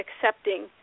accepting